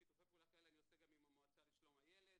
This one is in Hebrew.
שיתופי פעולה כאלה אני עושה גם עם המועצה לשלום הילד,